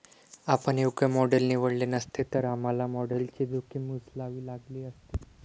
आपण योग्य मॉडेल निवडले नसते, तर आम्हाला मॉडेलची जोखीम उचलावी लागली असती